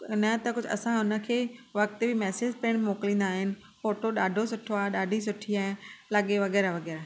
न त कुझु असां उनखे वक़्तु बि मैसेज पिणु मोकिलींदा आहिनि फ़ोटो ॾाढो सुठो आहे ॾाढी सुठी आहीं लॻे वग़ैरह वग़ैरह